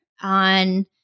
on